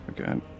Okay